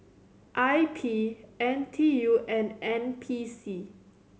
I P N T U and N P C